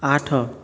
ଆଠ